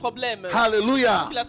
hallelujah